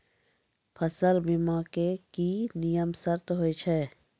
फसल बीमा के की नियम सर्त होय छै?